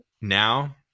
now